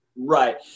Right